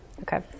Okay